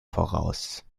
voraus